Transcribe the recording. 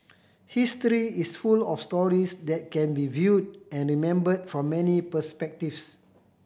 history is full of stories that can be viewed and remembered from many perspectives